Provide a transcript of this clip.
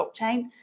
blockchain